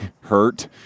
hurt